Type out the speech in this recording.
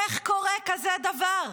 איך קורה כזה דבר?